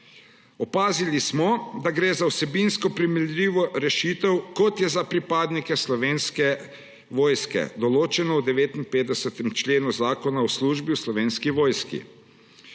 Opazili smo, da gre za vsebinsko primerljivo rešitev, kot je za pripadnike Slovenske vojske določeno v 59. členu Zakona o službi v Slovenski vojski.